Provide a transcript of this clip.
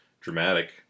dramatic